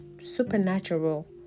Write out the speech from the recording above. supernatural